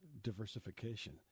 diversification